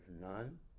none